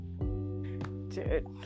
Dude